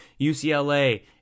UCLA